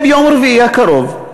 ביום רביעי הקרוב,